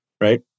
right